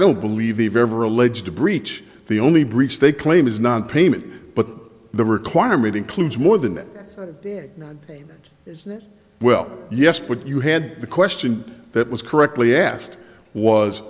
don't believe they've ever alleged a breach the only breach they claim is nonpayment but the requirement includes more than that as well yes but you had the question that was correctly asked was